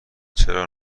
چرا